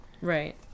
Right